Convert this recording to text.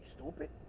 stupid